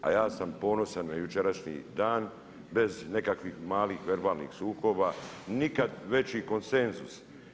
A ja sam ponosan na jučerašnji dan bez nekakvih malih verbalnih sukoba nikad veći konsenzus.